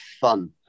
fun